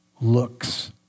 looks